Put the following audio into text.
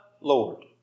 Lord